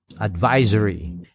advisory